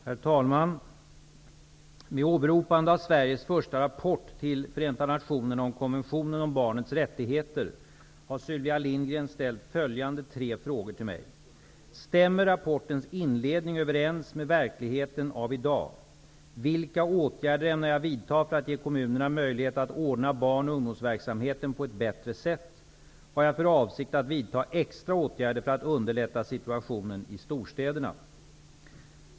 Herr talman! Med åberopande av Sveriges första rapport till FN om konventionen om barnets rättigheter har Sylvia Lindgren ställt följande tre frågor till mig: 1. Stämmer rapportens inledning överens med verkligheten av i dag? 3. Har statsrådet för avsikt att vidtaga extra åtgärder för att underlätta situationen i storstäderna?